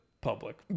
public